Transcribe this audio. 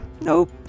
nope